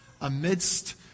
amidst